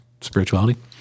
spirituality